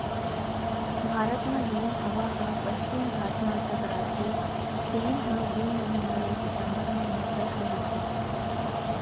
भारत म जेन हवा ह पस्चिम घाट म टकराथे तेन ह जून महिना ले सितंबर महिना तक रहिथे